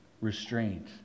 restraint